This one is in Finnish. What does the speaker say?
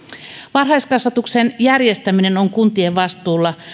varhaiskasvatuksen järjestäminen on kuntien vastuulla